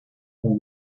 for